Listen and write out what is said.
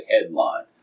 headline